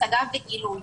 ההצגה וגילוי.